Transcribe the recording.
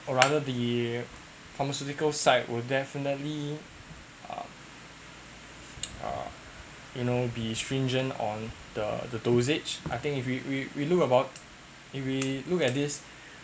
or rather the pharmaceutical side will definitely uh you know be stringent on the the dosage I think if we we we looked about if we look at this